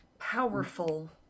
Powerful